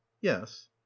yes